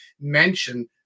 mention